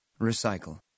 Recycle